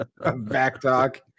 Backtalk